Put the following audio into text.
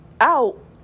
Out